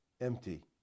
empty